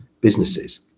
businesses